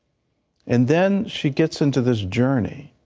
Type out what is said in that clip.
and then she gets into this journey.